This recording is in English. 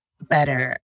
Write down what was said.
better